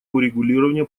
урегулирования